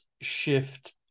shift